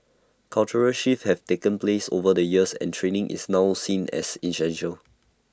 cultural shifts have taken place over the years and training is now seen as essential